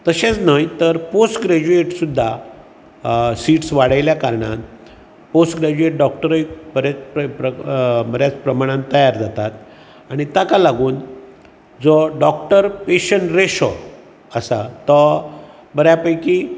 तशेंच न्हय तर पोस्ट ग्रेजुएट सुद्दां अ सिट्स वाडयल्या कारणान पोस्ट ग्रेजुएट डॉक्टरय बरेंच प्र प्र बरेंच प्रमाणांत तयार जातात आनी ताका लागून जो डॉक्टर पेशन्ट रेश्यो आसा तो बऱ्या पैकी